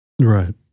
Right